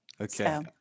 okay